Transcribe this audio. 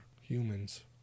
humans